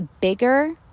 bigger